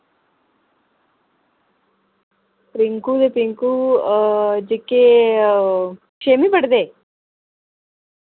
रिंकू ते पिंकू जेह्के छेमी पढ़दे